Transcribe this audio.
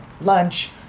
lunch